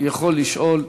יכול לשאול.